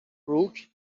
بروک